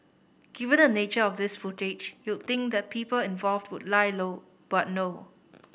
given the nature of this footage you'd think the people involved would lie low but no